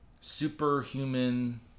superhuman